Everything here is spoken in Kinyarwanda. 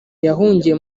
yahungiye